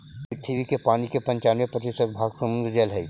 पृथ्वी के पानी के पनचान्बे प्रतिशत भाग समुद्र जल हई